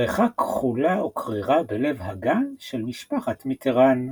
ברכה כחלה וקרירה בלב הגן של משפחת מיטראן.